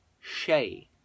Shay